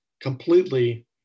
completely